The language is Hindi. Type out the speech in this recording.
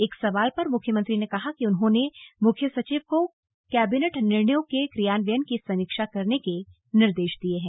एक सवाल पर मुख्यमंत्री ने कहा कि उन्होंने मुख्य सचिव को कैबिनेट निर्णयों के क्रियान्वयन की समीक्षा करने के निर्देश दिये हैं